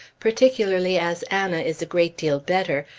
particularly as anna is a great deal better,